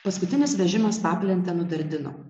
paskutinis vežimas paplente nudardino